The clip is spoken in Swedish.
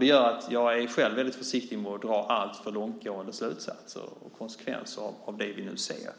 Det gör att jag själv är väldigt försiktig med att dra alltför långtgående slutsatser och konsekvenser av det som vi nu ser.